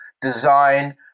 design